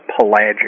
pelagic